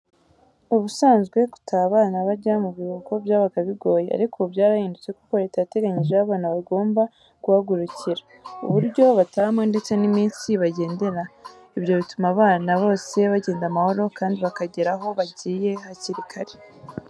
Ubisanzwe gutaha abana bajya mu biruhuko byabaga bigoye. Ariko ubu byarahindutse kuko leta yateganyije aho abana bagomba guhagurukira, uburyo batahamo ndetse n'iminsi bagendera. Ibyo bituma abana bose bagenda amahoro kandi bakageraho aho bagiye hakiri kare.